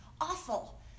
Awful